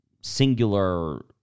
singular